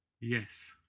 Yes